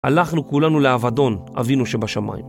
הלכנו כולנו לעבדון, אבינו שבשמיים.